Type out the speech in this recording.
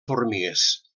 formigues